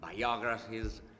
biographies